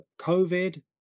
COVID